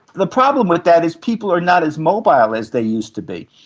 the problem with that is people are not as mobile as they used to be,